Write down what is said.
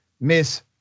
Miss